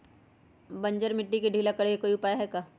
बंजर मिट्टी के ढीला करेके कोई उपाय है का?